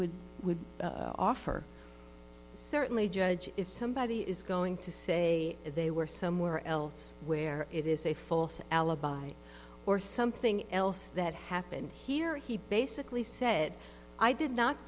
you would offer certainly judge if somebody is going to say they were somewhere else where it is a false alibi or something else that happened here he basically said i did not